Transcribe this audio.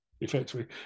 effectively